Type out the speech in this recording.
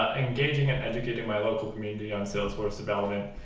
engaging and educating my local community on salesforce development,